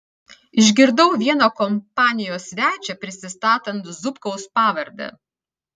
išgirdau vieną kompanijos svečią prisistatant zubkaus pavarde